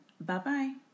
bye-bye